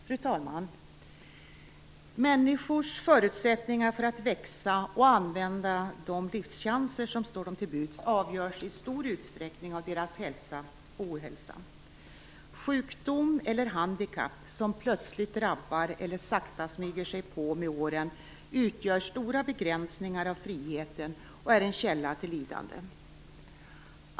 Fru talman! Människors förutsättningar för att växa och använda de livschanser som står dem till buds avgörs i stor utsträckning av deras hälsa och ohälsa. Sjukdom eller handikapp som plötsligt drabbar eller sakta smyger sig på med åren utgör stora begränsningar av friheten och är en källa till lidande.